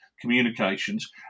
communications